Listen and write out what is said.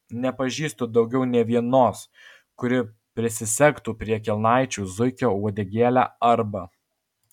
nepažįstu daugiau nė vienos kuri prisisegtų prie kelnaičių zuikio uodegėlę arba